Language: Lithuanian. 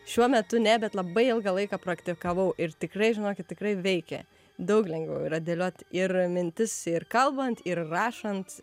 šiuo metu ne bet labai ilgą laiką praktikavau ir tikrai žinokit tikrai veikė daug lengviau yra dėliot ir mintis ir kalbant ir rašant